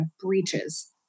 breaches